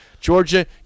Georgia